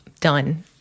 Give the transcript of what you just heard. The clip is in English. done